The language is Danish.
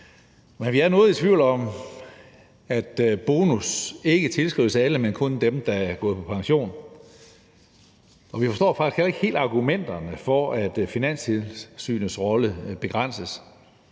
Men vi er noget i tvivl, i forhold til at bonus ikke tilskrives alle, men kun dem, der er gået på pension. Og vi forstår faktisk heller ikke helt argumenterne for, at Finanstilsynets rolle begrænses.